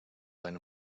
seine